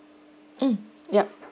!um! yup